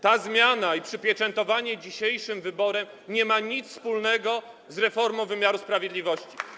Ta zmiana i przypieczętowanie dzisiejszym wyborem nie mają nic wspólnego z reformą wymiaru sprawiedliwości.